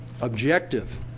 objective